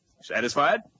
Satisfied